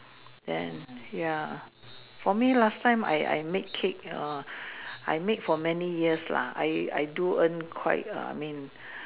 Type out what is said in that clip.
then ya for me last time I I make cake err I make for many years lah I I do earn quite err I mean